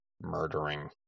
murdering